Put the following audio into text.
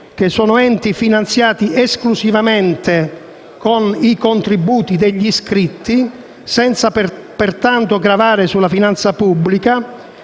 di enti finanziati esclusivamente con i contributi degli iscritti, senza pertanto gravare sulla finanza pubblica.